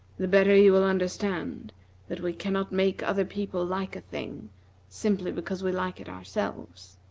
the better you will understand that we cannot make other people like a thing simply because we like it ourselves.